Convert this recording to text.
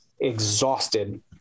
exhausted